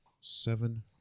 seven